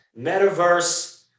metaverse